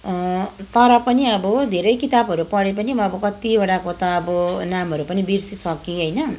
तर पनि अब धेरै किताबहरू पढे पनि म कतिवटाको त अब नामहरू पनि बिर्सिसकेँ होइन